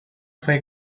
fue